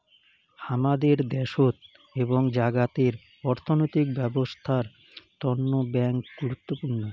হামাদের দ্যাশোত এবং জাগাতের অর্থনৈতিক ব্যবছস্থার তন্ন ব্যাঙ্ক গুরুত্বপূর্ণ